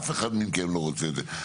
אף אחד מכם לא רוצה את זה.